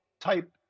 type